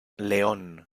león